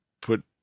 put